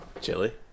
Chili